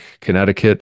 Connecticut